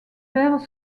père